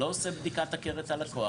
לא עושה בדיקת הכר את הלקוח,